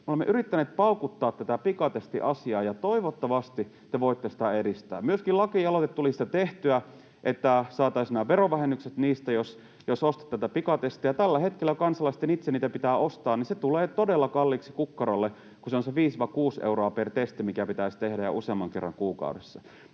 Olemme yrittäneet paukuttaa tätä pikatestiasiaa, ja toivottavasti te voitte sitä edistää. Myöskin lakialoite tuli tehtyä, että saataisiin nämä verovähennykset, jos ostat näitä pikatestejä. Tällä hetkellä, kun kansalaisten itse niitä pitää ostaa, se tulee todella kalliiksi kukkarolle, kun ne ovat 5–6 euroa per testi, mikä pitäisi tehdä ja useamman kerran kuukaudessa.